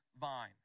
vine